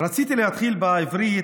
רציתי להתחיל בעברית,